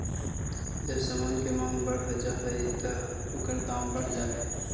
जब समान के मांग बढ़ जा हई त ओकर दाम बढ़ जा हई